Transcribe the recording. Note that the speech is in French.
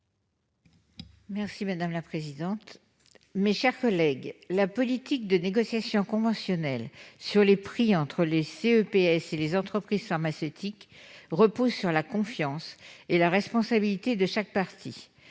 est à Mme Annie Delmont-Koropoulis. La politique de négociation conventionnelle sur les prix entre le CEPS et les entreprises pharmaceutiques repose sur la confiance et la responsabilité de chaque partie.